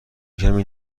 کمی